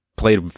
Played